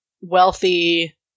wealthy